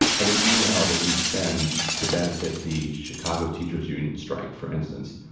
every email that you send to benefit the chicago teachers union strike, for instance,